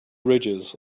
ridges